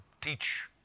teach